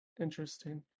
Interesting